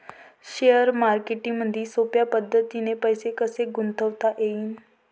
Share मार्केटमधी सोप्या पद्धतीने पैसे कसे गुंतवता येईन?